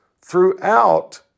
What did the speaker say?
throughout